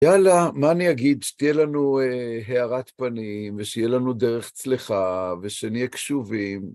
יאללה, מה אני אגיד? שתהיה לנו הערת פנים, ושיהיה לנו דרך צלחה, ושנהיה קשובים,